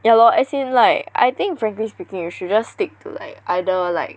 ya lor as in like I think frankly speaking you should just stick to like either like